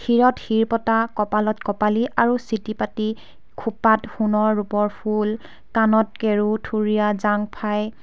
শিৰত শিৰপতা কপালত কপালি আৰু চিটিপাতি খোপাত সোণৰ ৰূপৰ ফুল কাণত কেৰু থুৰীয়া জাংফাই